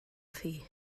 thi